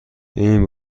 این